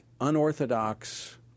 unorthodox